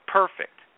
perfect